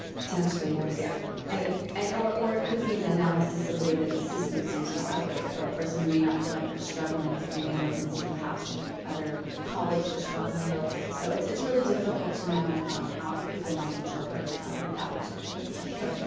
potentially, yes. yeah and and or it could be an analysis of the way that the system seems to operate for a person who may not feel like they're struggling, but they may look and see, perhaps, other other colleagues are struggling. so it's it's really difficult to know um how people might interpret that particular question.